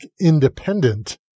independent